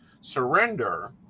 surrender